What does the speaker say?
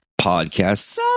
Podcast